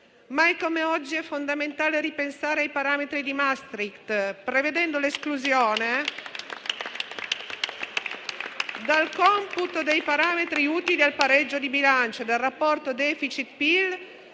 Mai come oggi è fondamentale ripensare ai parametri di Maastricht, prevedendo l'esclusione dal computo dei parametri utili al pareggio di bilancio e dal rapporto *deficit* - PIL